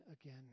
again